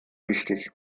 wichtig